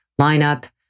lineup